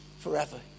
forever